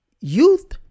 Youth